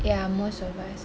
ya most of us